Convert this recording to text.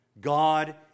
God